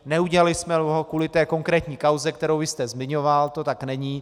Neudělali jsme ho kvůli té konkrétní kauze, kterou jste zmiňoval, to tak není.